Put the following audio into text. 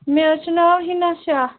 مےٚ حظ چھِ ناو ہِنا شاہ